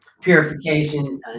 purification